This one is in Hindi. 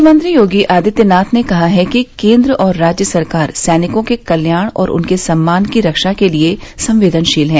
मुख्यमंत्री योगी आदित्यनाथ ने कहा है कि केन्द्र और राज्य सरकार सैनिकों के कल्याण और उनके सम्मान की रक्षा के लिये संवेदनशील है